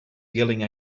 yelling